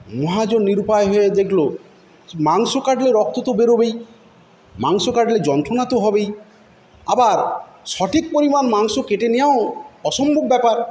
মহাজন নিরুপায় হয়ে দেখলো মাংস কাটলে রক্ত তো বেরোবেই মাংস কাটলে যন্ত্রণা তো হবেই আবার সঠিক পরিমাণ মাংস কেটে নেওয়াও অসম্ভব ব্যাপার